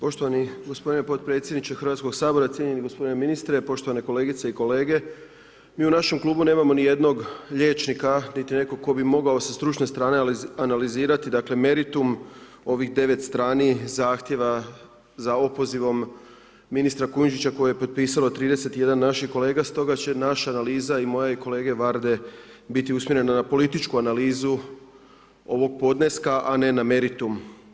Poštovani gospodine podpredsjedniče HS, cijenjeni gospodine ministre, poštovane kolegice i kolege, mi u našem klubu nemamo ni jednog liječnika, niti nekoga tko bi mogao sa stručne strane analizirati, dakle, meritum ovih 9 strani zahtjeva za opozivom ministra Kujundžića koji je potpisalo 31 naših kolega, stoga će naša analiza, i moja i kolege Varde biti usmjerena na političku analizu ovog podneska, a ne na meritum.